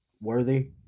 Worthy